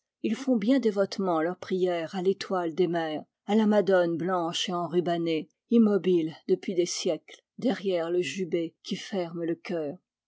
ils font bien dévotement leur prière à l'étoile des mers à la madone blanche et enrubannée immobile depuis des siècles derrière le jubé qui ferme le chœur